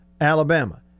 Alabama